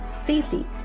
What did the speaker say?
safety